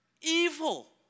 Evil